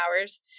hours